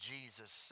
Jesus